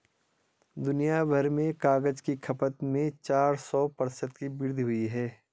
दुनियाभर में कागज की खपत में चार सौ प्रतिशत की वृद्धि हुई है